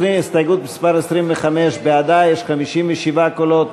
הסתייגות מס' 25: בעדה יש 57 קולות,